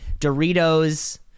Doritos